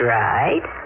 right